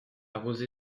rosée